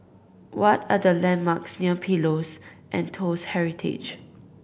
what are the landmarks near Pillows and Toast Heritage